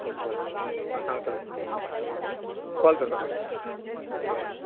बरें आं सांगता तुका मागीर कॉल करता मागीर बरें